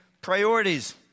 priorities